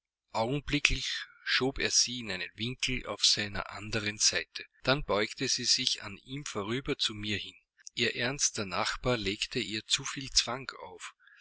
augenblicklich schob er sie in einen winkel auf seiner andern seite dann beugte sie sich an ihm vorüber zu mir hin ihr ernster nachbar legte ihr zu viel zwang auf